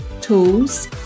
tools